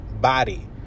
body